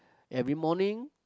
every morning